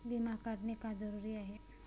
विमा काढणे का जरुरी आहे?